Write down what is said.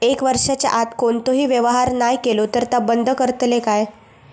एक वर्षाच्या आत कोणतोही व्यवहार नाय केलो तर ता बंद करतले काय?